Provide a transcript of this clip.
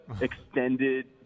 extended